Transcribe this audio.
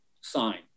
sign